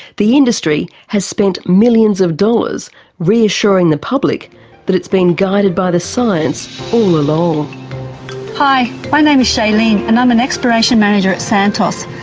the industry has spent millions of dollars reassuring the public that it's been guided by the science all along. hi. my name is shalene and i'm an exploration manager at santos.